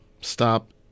stop